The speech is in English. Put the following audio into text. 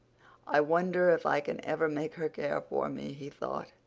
i wonder if i can ever make her care for me, he thought,